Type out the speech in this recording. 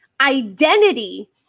Identity